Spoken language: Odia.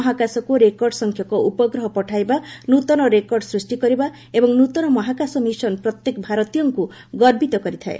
ମହାକାଶକୁ ରେକର୍ଡ଼ ସଂଖ୍ୟକ ଉପଗ୍ରହ ପଠାଇବା ନୃତନ ରେକର୍ଡ଼ ସୃଷ୍ଟି କରିବା ଏବଂ ନୃତନ ମହାକାଶ ମିଶନ ପ୍ରତ୍ୟେକ ଭାରତୀୟଙ୍କୁ ଗର୍ବିତ କରିଯାଏ